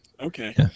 okay